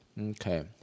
okay